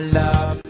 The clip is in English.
love